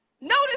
Notice